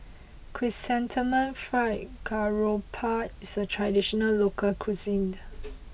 Chrysanthemum Fried Garoupa is a traditional local cuisine